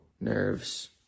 nerves